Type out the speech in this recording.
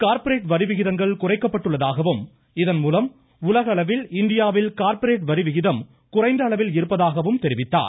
corporate வரி விகிதங்கள் குறைக்கப்பட்டுள்ளதாகவும் இதன்மூலம் உலகளவில் இந்தியாவில் கார்ப்பரேட் வரி விகிதம் குறைந்த அளவில் இருப்பதாக தெரிவித்தார்